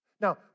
Now